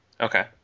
Okay